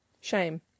Shame